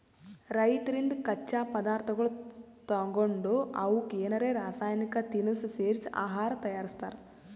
ರೈತರಿಂದ್ ಕಚ್ಚಾ ಪದಾರ್ಥಗೊಳ್ ತಗೊಂಡ್ ಅವಕ್ಕ್ ಏನರೆ ರಾಸಾಯನಿಕ್ ತಿನಸ್ ಸೇರಿಸಿ ಆಹಾರ್ ತಯಾರಿಸ್ತಾರ್